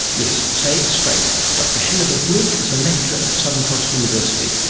yes, say it straight. dr hanabeth luke is a lecturer at southern cross university,